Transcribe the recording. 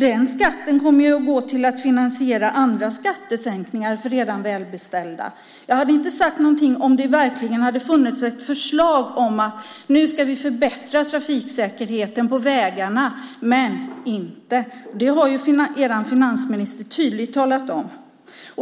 Den skatten kommer att gå till att finansiera andra skattesänkningar för redan välbeställda. Jag hade inte sagt någonting om det verkligen hade funnits ett förslag om att nu förbättra trafiksäkerheten på vägarna. Men inte, det har ju er finansminister tydligt talat om.